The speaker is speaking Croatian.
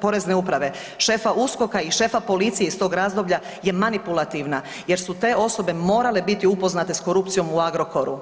porezne uprave, šefa USKOK-a i šefa policije iz tog razdoblja je manipulativna jer su te osobe morale biti upoznate s korupcijom u Agrokoru.